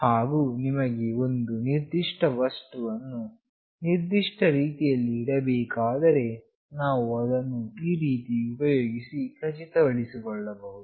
ಹಾಗು ನಿಮಗೆ ಒಂದು ನಿರ್ದಿಷ್ಟ ವಸ್ತುವನ್ನು ನಿರ್ದಿಷ್ಟ ರೀತಿಯಲ್ಲಿ ಇಡಬೇಕಾದರೆ ನಾವು ಅದನ್ನು ಇದನ್ನು ಉಪಯೋಗಿಸಿ ಖಚಿತಪಡಿಸಿಕೊಳ್ಳಬಹುದು